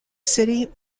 city